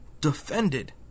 defended